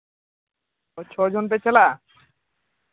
ᱪᱷᱚ ᱡᱚᱱ ᱯᱮ ᱪᱟᱞᱟᱜᱼᱟ